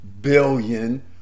billion